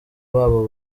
babo